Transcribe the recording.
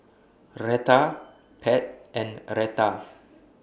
Rheta Pat and Retta